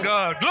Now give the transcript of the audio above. God